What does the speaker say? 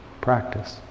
practice